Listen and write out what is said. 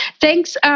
Thanks